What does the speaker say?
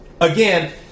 Again